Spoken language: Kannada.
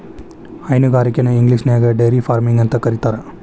ಹೈನುಗಾರಿಕೆನ ಇಂಗ್ಲಿಷ್ನ್ಯಾಗ ಡೈರಿ ಫಾರ್ಮಿಂಗ ಅಂತ ಕರೇತಾರ